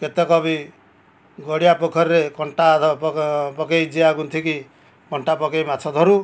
କେତେକ ବି ଗାଡ଼ିଆ ପୋଖରୀରେ କଣ୍ଟାର ପକାଇ ଜିଆ ଗୁନ୍ଥିକି କଣ୍ଟା ପକାଇ ମାଛ ଧରୁ